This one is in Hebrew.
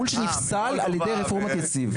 חו"ל שנפסל על ידי רפורמת יציב.